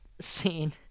scene